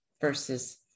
versus